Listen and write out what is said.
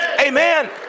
Amen